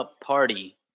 party